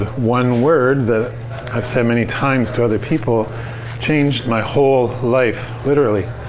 one word that i've said many times to other people changed my whole life, literally,